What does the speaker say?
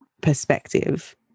perspective